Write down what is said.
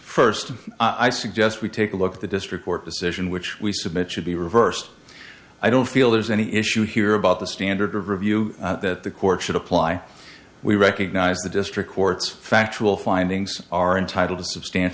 first i suggest we take a look at the district court decision which we submit should be reversed i don't feel there's any issue here about the standard of review that the court should apply we recognize the district court's factual findings are entitled to